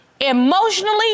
emotionally